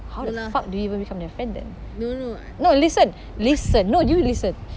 how the fuck do even become your friend then no listen listen no you listen